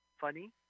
funny